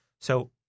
So-